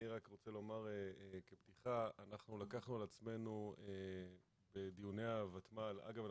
אני רוצה לומר בפתיחה שאנחנו לקחנו על עצמנו את דיוני הוותמ"ל אגב,